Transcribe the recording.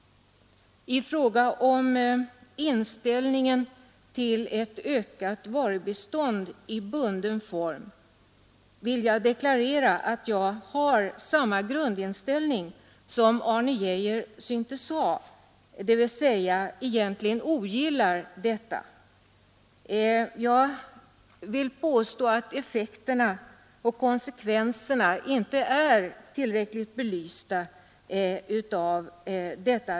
I fråga om inställningen till ett ökat varubistånd i bunden form vill jag deklarera att jag har samma grundinställning som Arne Geijer syntes ha, dvs. egentligen ogillar detta. Jag vill påstå att effekterna och konsekvenserna av detta arrangemang inte är tillräckligt belysta.